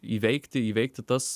įveikti įveikti tas